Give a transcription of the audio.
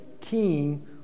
king